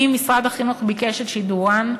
אם משרד החינוך ביקש את שידורן,